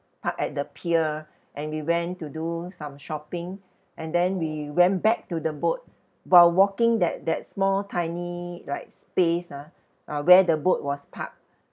parked at the pier and we went to do some shopping and then we went back to the boat while walking that that small tiny like space ah uh where the boat was parked